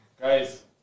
guys